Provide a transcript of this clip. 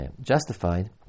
justified